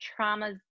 traumas